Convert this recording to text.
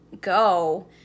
go